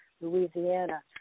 Louisiana